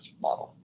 model